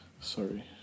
Sorry